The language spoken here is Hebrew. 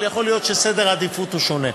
אבל יכול להיות שסדר העדיפויות שונה.